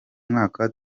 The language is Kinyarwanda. mwaka